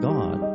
God